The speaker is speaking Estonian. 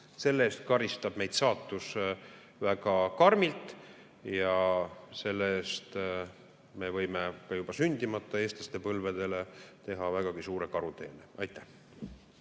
Selle eest karistab meid saatus väga karmilt ja selle eest me võime ka veel sündimata eestlaste põlvedele teha väga suure karuteene. Suur